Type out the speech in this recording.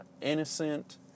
innocent